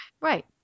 Right